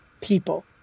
people